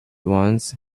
once